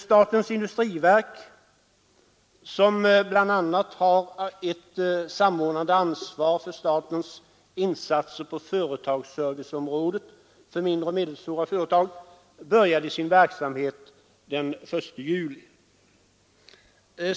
Statens industriverk, som bl.a. har ett samordnande ansvar för statens insatser på företagsserviceområdet för mindre och medelstora företag, började sin verksamhet den 1 juli.